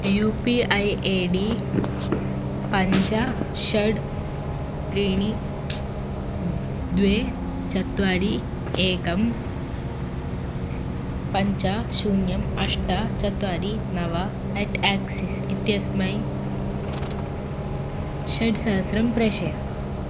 you P I ID पञ्च षड् त्रीणि द्वे चत्वारि एकम् पञ्च शून्यम् अष्ट चत्वारि नव एट् एक्सिस् इत्यस्मै षट्सहस्रम् प्रेषय